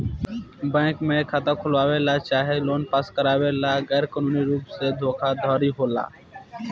bank में खाता खोलवावे ला चाहे लोन पास करावे ला गैर कानूनी रुप से धोखाधड़ी होला